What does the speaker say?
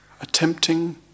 Attempting